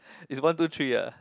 it's one two three ya